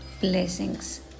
blessings